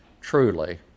truly